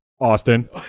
Austin